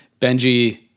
Benji